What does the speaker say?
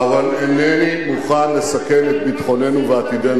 אבל אינני מוכן לסכן את ביטחוננו ועתידנו.